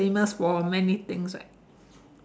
famous for many things right